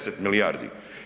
10 milijardi.